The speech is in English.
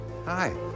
hi